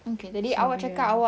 okay jadi awak cakap awak